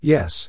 Yes